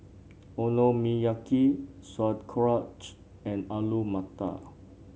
Okonomiyaki Sauerkraut and Alu Matar